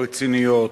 רציניות,